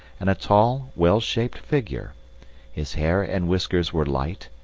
and a tall, well-shaped figure his hair and whiskers were light,